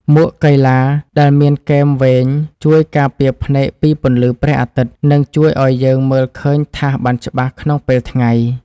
មួកកីឡាដែលមានគែមវែងជួយការពារភ្នែកពីពន្លឺព្រះអាទិត្យ និងជួយឱ្យយើងមើលឃើញថាសបានច្បាស់ក្នុងពេលថ្ងៃ។